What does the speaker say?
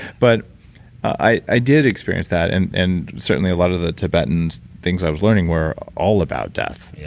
but i did experience that, and and certainly a lot of the tibetan things i was learning were all about death. yeah